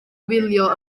wylio